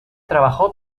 trabajó